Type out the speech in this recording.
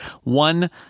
one